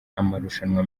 amarushanwa